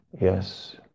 yes